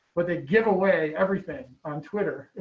but they give away everything on twitter.